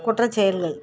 குற்ற செயல்கள்